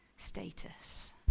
status